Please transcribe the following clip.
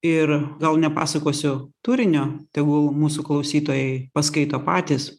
ir gal nepasakosiu turinio tegul mūsų klausytojai paskaito patys